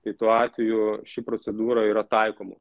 tai tuo atveju ši procedūra yra taikoma